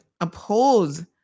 oppose